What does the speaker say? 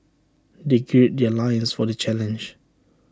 they gird their loins for the challenge